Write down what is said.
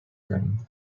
him